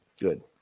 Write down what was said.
Good